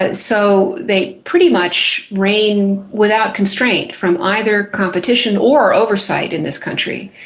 ah so they pretty much reign without constraint from either competition or oversight in this country.